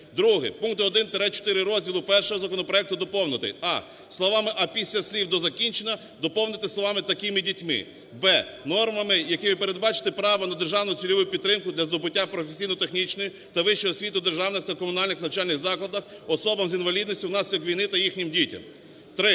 Друге. Пункти 1-4 розділу І законопроекту доповнити: а) словами після слів "до закінчення" доповнити словами "такими дітьми"; б) нормами, якими передбачити право на державну цільову підтримку для здобуття професійно-технічної та вищої освіти в державних та комунальних навчальних закладах особам з інвалідністю внаслідок війни та їхнім дітям. Три…